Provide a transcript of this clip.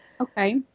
Okay